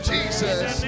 Jesus